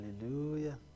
Hallelujah